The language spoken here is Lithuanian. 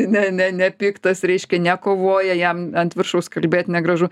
ne ne nepiktas reiškia nekovoja jam ant viršaus kalbėt negražu